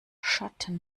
schatten